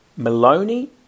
Maloney